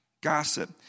gossip